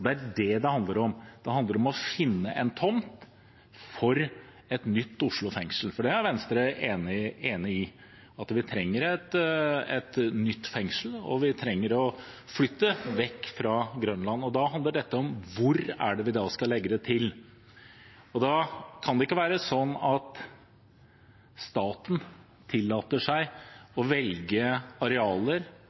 Det er det dette handler om. Det handler om å finne en tomt for et nytt Oslo fengsel, for det er Venstre enig i, at vi trenger et nytt fengsel, og at vi trenger å flytte vekk fra Grønland. Og da handler dette om hvor vi da skal legge det til. Det kan ikke være sånn at staten tillater seg å velge arealer